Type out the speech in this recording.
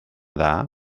dda